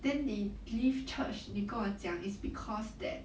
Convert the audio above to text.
then 你 leave church 你跟我讲 is because that